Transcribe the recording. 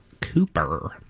Cooper